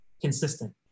consistent